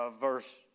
verse